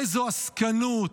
איזו עסקנות.